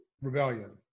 Rebellion